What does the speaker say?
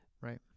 Right